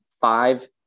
five